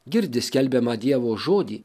girdi skelbiamą dievo žodį